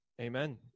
Amen